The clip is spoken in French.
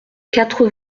quatre